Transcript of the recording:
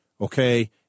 okay